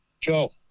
Joe